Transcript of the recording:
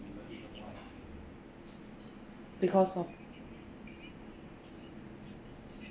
because of